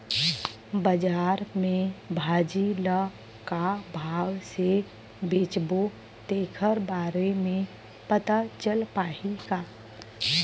बजार में भाजी ल का भाव से बेचबो तेखर बारे में पता चल पाही का?